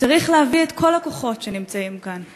שצריך להביא את כל הכוחות שנמצאים כאן,